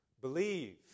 believe